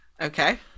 Okay